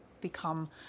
become